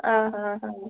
ଅ ହଁ ହଁ